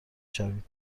شویم